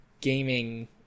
Gaming